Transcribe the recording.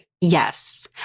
Yes